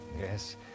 yes